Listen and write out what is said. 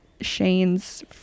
shane's